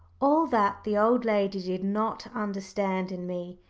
all that the old lady did not understand in me,